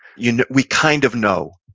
you know we kind of know.